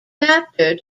factor